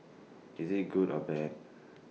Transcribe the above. is IT good or bad